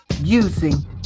using